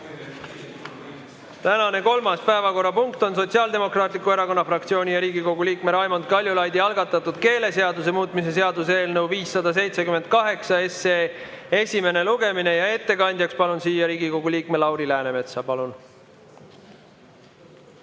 Tänane kolmas päevakorrapunkt on Sotsiaaldemokraatliku Erakonna fraktsiooni ja Riigikogu liikme Raimond Kaljulaidi algatatud keeleseaduse muutmise seaduse eelnõu 578 esimene lugemine. Ettekandjaks palun siia Riigikogu liikme Lauri Läänemetsa.